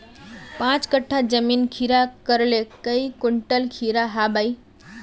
पाँच कट्ठा जमीन खीरा करले काई कुंटल खीरा हाँ बई?